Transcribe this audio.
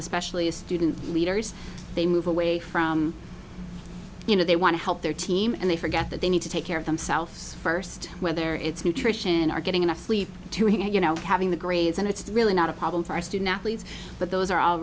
especially a student leaders they move away from you know they want to help their team and they forget that they need to take care of themselves first whether it's nutrition are getting enough sleep to hear you know having the grades and it's really not a problem for our student athletes but those are all